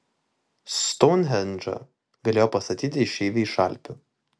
stounhendžą galėjo pastatyti išeiviai iš alpių